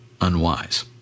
Unwise